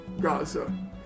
Gaza